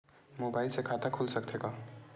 Mobile से खाता खुल सकथे का?